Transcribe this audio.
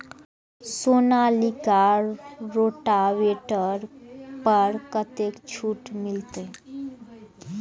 Sonalika rotavator पर कतेक छूट मिलते?